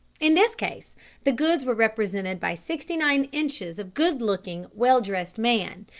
in this case the goods were represented by sixty-nine inches of good-looking, well-dressed man,